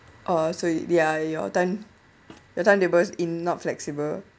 oh so there your time~ your timetable is not flexible